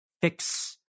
fix